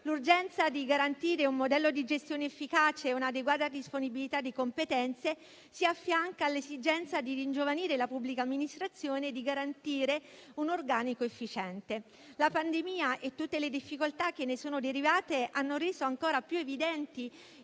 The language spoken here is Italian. L'urgenza di garantire un modello di gestione efficace e un'adeguata disponibilità di competenze si affianca all'esigenza di ringiovanire la pubblica amministrazione e di garantire un organico efficiente. La pandemia e tutte le difficoltà che ne sono derivate hanno reso ancora più evidenti